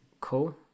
cool